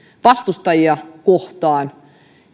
vastustajia kohtaan